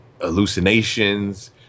hallucinations